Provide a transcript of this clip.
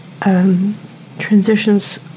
transitions